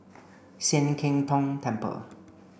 Sian Keng Tong Temple